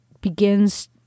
begins